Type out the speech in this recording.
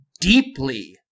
deeply